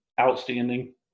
outstanding